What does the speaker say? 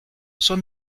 son